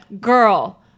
Girl